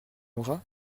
auras